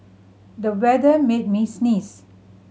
the weather made me sneeze